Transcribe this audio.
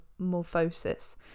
morphosis